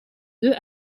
deux